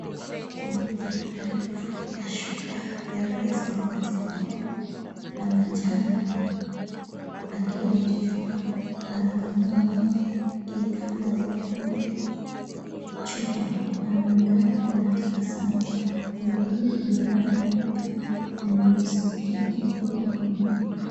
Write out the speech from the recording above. Mwanamke mmoja aliyejifunika shuka ya rangi ya samawati kijani na manjano akiwa amechuchumaa anakamua ng'ombe akiweka maziwa kwenye chupa anaonekana akiwa na tabasamu. Ng'ombe huyo ana rangi nyeupe na nyeusi huku amefungwa miguu.